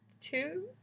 two